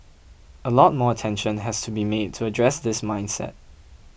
a lot more attention has to be made to address this mindset